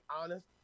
honest